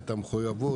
את המחויבות.